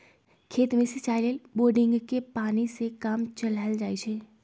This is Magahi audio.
खेत में सिचाई लेल बोड़िंगके पानी से काम चलायल जाइ छइ